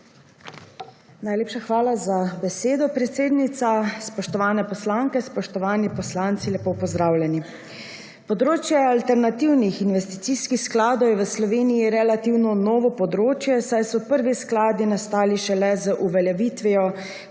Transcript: SDS):** Hvala za besedo, predsednica. Spoštovane poslanke, spoštovani poslanci lepo pozdravljeni! Področje alternativnih investicijskih skladov je v Sloveniji relativno novo področje, saj so prvi skladi nastali šele z uveljavitvijo